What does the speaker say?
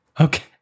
okay